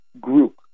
group